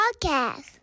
Podcast